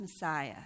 Messiah